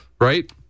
Right